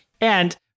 And-